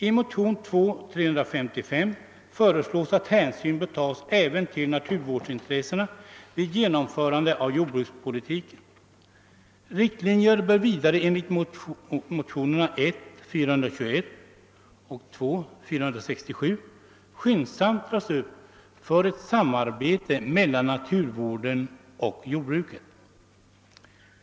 I motionen II: 355 föreslås att hänsyn tas även till naturvårdsintressena vid genomförande av jordbrukspolitiken. Riktlinjer bör vidare enligt motionerna I: 421 och II: 467 skyndsamt dras upp för ett samarbete mellan naturvården och jordbruket.